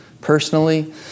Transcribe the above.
personally